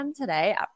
today